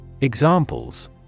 Examples